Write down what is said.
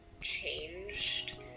changed